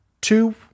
two